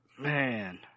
Man